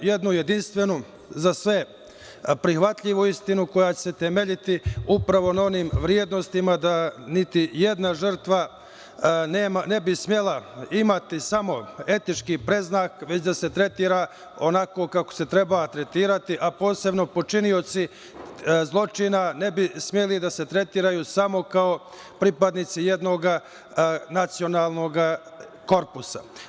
jednu jedinstvenu, za sve prihvatljivu istinu koja će se temeljiti upravo na onim vrednostima da niti jedna žrtva ne bi smela imati samo etički predznak, već da se tretira onako kako se treba tretirati, a posebno počinioci zločina ne bi smeli da se tretiraju samo kao pripadnici jednoga nacionalnoga korpusa.